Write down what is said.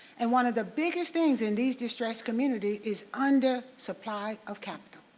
and one of the biggest things in these distressed communities is under supply of capital.